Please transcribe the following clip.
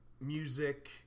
music